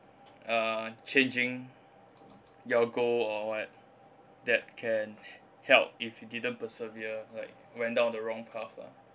uh changing your goal or what that can help if you didn't persevere like went down the wrong path lah